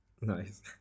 Nice